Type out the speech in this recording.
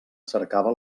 cercava